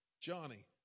Johnny